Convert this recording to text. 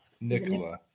Nicola